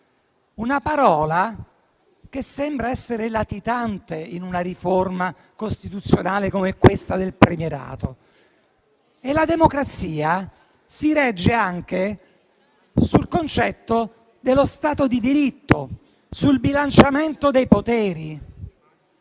una parola che sembra essere latitante in una riforma costituzionale come questa del premierato. La democrazia si regge anche sul concetto dello Stato di diritto, sul bilanciamento dei poteri.